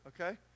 okay